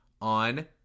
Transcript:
on